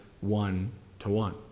one-to-one